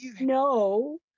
no